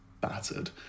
battered